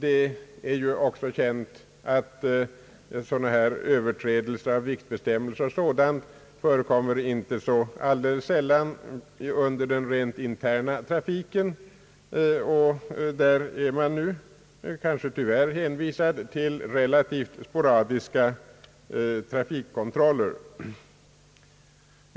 Det är också känt, att överträdelser av viktbestämmelser och dylikt förekommer inte så sällan inom den interna trafiken och där är man nu — kanske tyvärr — hänvisad till relativt sporadiska trafikkontroller.